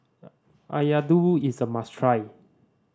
ayaddu is a must try